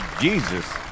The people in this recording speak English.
Jesus